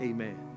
Amen